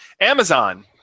Amazon